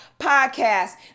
podcast